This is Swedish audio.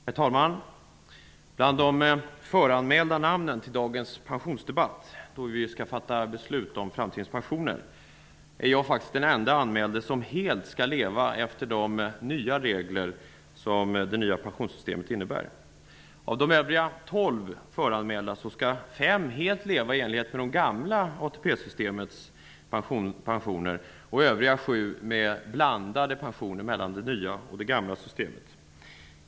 Herr talman! Bland de föranmälda deltagarna i dagens pensionsdebatt, då vi skall fatta beslut om framtidens pensioner, är jag faktiskt den ende anmälde som helt skall leva efter de nya regler som det nya pensionssystemet innebär. Av de övriga tolv föranmälda skall fem helt leva i enlighet med det gamla ATP-systemets pensioner och övriga sju med pensioner som blandas mellan det nya och det gamla systemet.